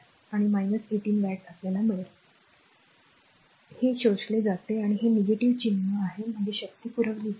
तर ते 18 वॉट आहे ज्याला तुम्ही पुरवलेली शक्ती म्हणतात हे शोषले जाते आणि हे चिन्ह आहे म्हणजे शक्ती पुरवले